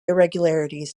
irregularities